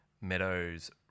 Meadows